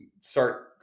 start